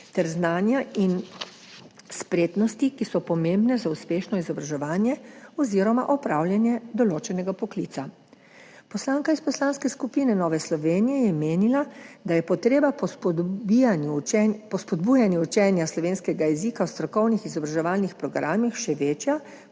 ter znanja in spretnosti, ki so pomembni za uspešno izobraževanje oziroma opravljanje določenega poklica. Poslanka iz Poslanske skupine Nova Slovenija je menila, da je potreba po spodbujanju učenja slovenskega jezika v strokovnih izobraževalnih programih še večja